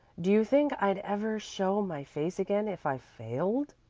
do you think i'd ever show my face again if i failed?